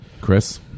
chris